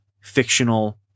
fictional